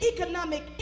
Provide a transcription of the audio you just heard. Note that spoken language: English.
economic